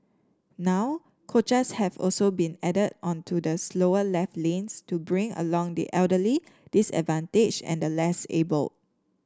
now coaches have also been added on to the slower left lanes to bring along the elderly disadvantaged and less able